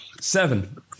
seven